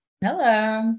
Hello